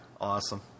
Awesome